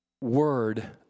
Word